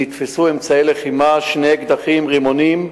נתפסו אמצעי לחימה שני אקדחים, רימונים,